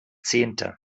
zehnte